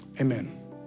amen